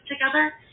together